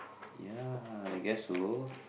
ya I guess so